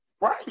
right